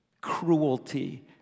cruelty